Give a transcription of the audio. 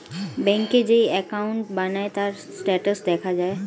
ব্যাংকে যেই অ্যাকাউন্ট বানায়, তার স্ট্যাটাস দেখা যায়